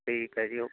ਠੀਕ ਹੈ ਜੀ ਓਕੇ